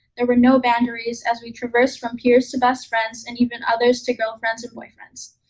there were no boundaries as we traversed from peers two best friends, and even others to girlfriends and boyfriends.